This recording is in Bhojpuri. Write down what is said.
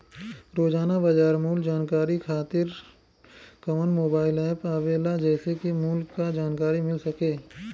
रोजाना बाजार मूल्य जानकारी खातीर कवन मोबाइल ऐप आवेला जेसे के मूल्य क जानकारी मिल सके?